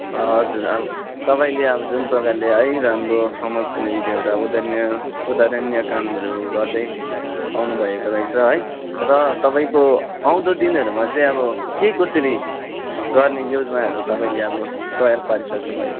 हजुर अब तपाईँले अब जुन प्रकारले है राम्रो समाजको निम्ति एउटा उदाहरणीय उदाहारणीय कामहरू गर्दै आउनु भएको रहेछ है र तपाईँको आउँदो दिनहरूमा चाहिँ अब के कसरी गर्ने योजनाहरू तपाईँले अब तयार पारी सक्नु भएको छ अब